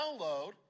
download